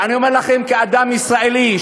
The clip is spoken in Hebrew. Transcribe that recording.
ואני אומר לכם כאדם ישראלי,